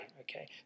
Okay